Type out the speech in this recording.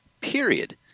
period